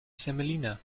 semolina